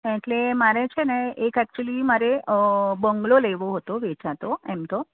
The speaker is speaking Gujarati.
એટલે મારે છે ને એક એકચુલી મારે બંગ્લો લેવો હતો વેચાતો એમ તો